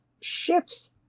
shifts